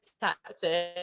tactic